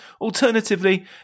Alternatively